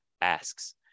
asks